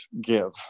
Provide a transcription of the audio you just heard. give